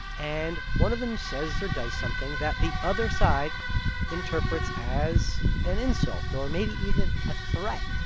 and one of them says or does something that the other side interprets as an insult or maybe even a threat.